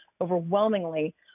overwhelmingly